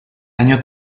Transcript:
año